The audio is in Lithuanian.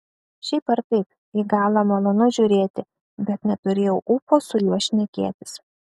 šiaip ar taip į galą malonu žiūrėti bet neturėjau ūpo su juo šnekėtis